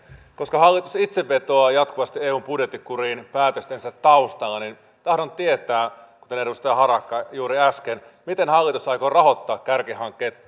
koska hallitus itse vetoaa jatkuvasti eun budjettikuriin päätöstensä taustalla niin tahdon tietää kuten edustaja harakka juuri äsken miten hallitus aikoo rahoittaa kärkihankkeet